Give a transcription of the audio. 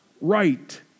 right